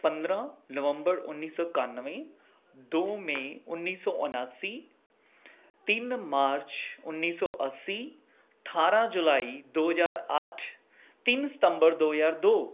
ਪੰਦਰਾਂ ਨਵੰਬਰ ਉੱਨੀ ਸੌ ਇਕਾਨਵੇਂ ਦੋ ਮਈ ਉੱਨੀ ਸੌ ਉਨਾਸੀ ਤਿੰਨ ਮਾਰਚ ਉੱਨੀ ਸੌ ਅੱਸੀ ਅਠਾਰਾਂ ਜੁਲਾਈ ਦੋ ਹਜ਼ਾਰ ਅੱਠ ਤਿੰਨ ਸਤੰਬਰ ਦੋ ਹਜ਼ਾਰ ਦੋ